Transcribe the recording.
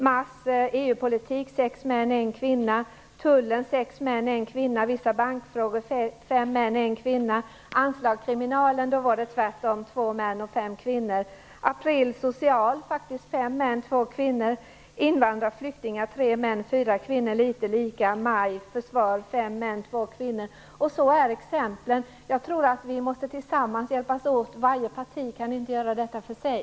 Mars, EU-politik, 6 män, 1 kvinna, tullen, 6 män, 1 kvinna, vissa bankfrågor, 5 män, 1 kvinna. När det gällde anslag till kriminalvården var det tvärtom 2 kvinnor, invandrar och flyktingpolitik 3 män, 4 kvinnor, litet lika, maj, försvar, 5 män, 2 kvinnor. Så ser exemplen ut. Jag tror att vi tillsammans måste hjälpas åt. Varje parti kan inte göra detta för sig.